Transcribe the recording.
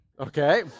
Okay